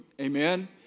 Amen